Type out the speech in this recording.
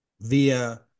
via